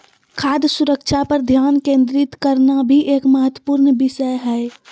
खाद्य सुरक्षा पर ध्यान केंद्रित करना भी एक महत्वपूर्ण विषय हय